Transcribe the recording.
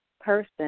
person